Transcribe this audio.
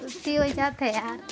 गलती होई जात है यार